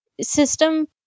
system